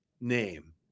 name